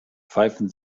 pfeifen